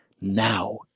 now